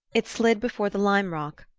it slid before the lime rock,